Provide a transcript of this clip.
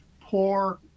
poor